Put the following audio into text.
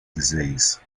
disease